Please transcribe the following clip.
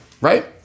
Right